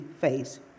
face